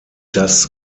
das